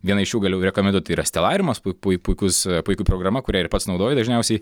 vieną iš jų galiu rekomenduot tai yra stelariumas pui pui puikus puiki programa kurią ir pats naudoju dažniausiai